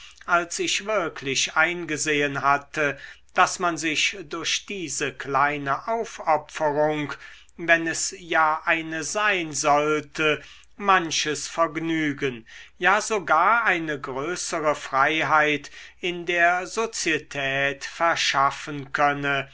als ich wirklich eingesehen hatte daß man sich durch diese kleine aufopferung wenn es ja eine sein sollte manches vergnügen ja sogar eine größere freiheit in der sozietät verschaffen könne